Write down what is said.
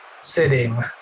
sitting